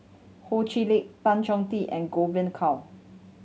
Ho Chee Lick Tan Choh Tee and Godwin Koay